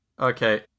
okay